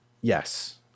Yes